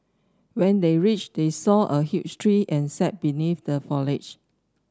when they reached they saw a huge tree and sat beneath the foliage